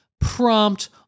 prompt